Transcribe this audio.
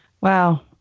Wow